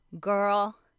girl